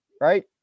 right